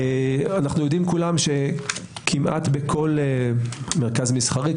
אנו יודעים כולם שכמעט בכל מרכז מסחרי,